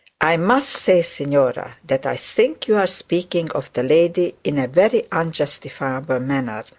i must say, signora, that i think you are speaking of the lady in a very unjustifiable manner